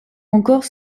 encore